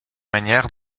manière